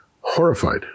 horrified